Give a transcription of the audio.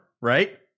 right